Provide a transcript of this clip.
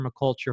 permaculture